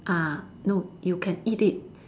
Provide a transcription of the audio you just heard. ah no you can eat it